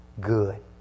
good